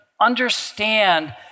Understand